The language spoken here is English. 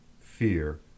fear